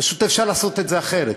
פשוט אפשר לעשות את זה אחרת.